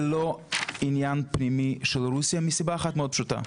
זה לא עניין פנימי של רוסיה מסיבה אחת מאוד פשוטה,